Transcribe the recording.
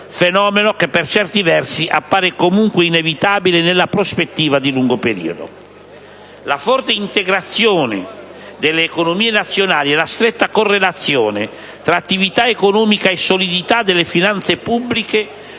fenomeno che per certi versi appare comunque inevitabile nella prospettiva di lungo periodo. La forte integrazione delle economie nazionali e la stretta correlazione tra attività economica e solidità delle finanze pubbliche